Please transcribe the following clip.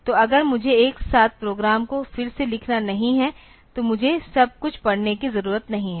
तो अगर मुझे एक साथ प्रोग्राम को फिर से लिखना नहीं है तो मुझे सबकुछ पढ़ने की जरूरत नहीं है